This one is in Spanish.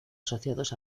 asociados